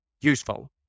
useful